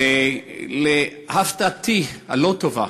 להפתעתי הלא-טובה,